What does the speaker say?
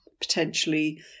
potentially